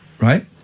right